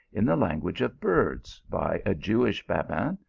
in the languag-e of birds, by a jewish rabbin,